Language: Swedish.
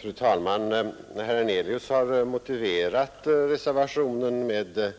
Fru talman! Herr Hernelius har motiverat reservationen med